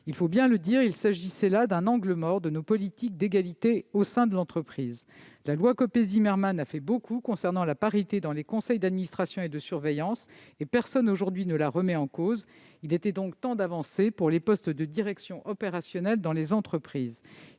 Il faut bien le dire, il s'agissait là d'un angle mort de nos politiques d'égalité au sein de l'entreprise. La loi Copé-Zimmermann a fait beaucoup concernant la parité dans les conseils d'administration et de surveillance et personne aujourd'hui ne la remet en cause ; il était donc temps d'avancer pour les postes de direction opérationnelle dans les entreprises.